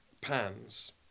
pans